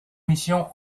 missions